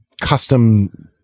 custom